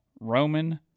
roman